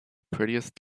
prettiest